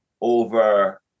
over